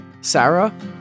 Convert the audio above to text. Sarah